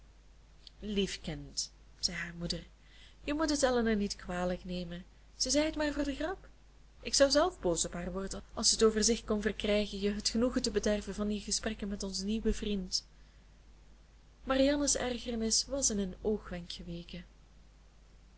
lieve kind zei haar moeder je moet het elinor niet kwalijk nemen ze zei het maar voor de grap ik zou zelf boos op haar worden als ze t over zich kon verkrijgen je het genoegen te bederven van je gesprekken met onzen nieuwen vriend marianne's ergernis was in een oogwenk geweken